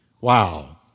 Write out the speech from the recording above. Wow